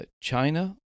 China